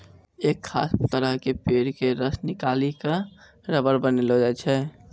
एक खास तरह के पेड़ के रस निकालिकॅ रबर बनैलो जाय छै